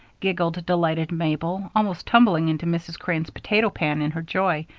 giggled delighted mabel, almost tumbling into mrs. crane's potato pan in her joy.